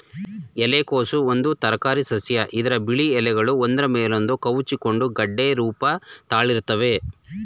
ಎಲೆಕೋಸು ಒಂದು ತರಕಾರಿಸಸ್ಯ ಇದ್ರ ಬಿಳಿ ಎಲೆಗಳು ಒಂದ್ರ ಮೇಲೊಂದು ಕವುಚಿಕೊಂಡು ಗೆಡ್ಡೆ ರೂಪ ತಾಳಿರ್ತವೆ